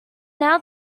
now